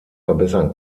verbessern